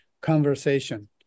conversation